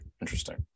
Interesting